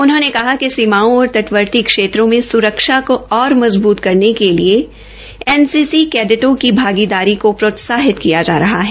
उन्होंने कहा कि सीमाओं और तटवर्ती क्षेत्रों में सुरक्षा को और मजबूत करने के लिए एनसीसी कैडेटों की भागीदारी को प्रोत्साहित किया जा रहा है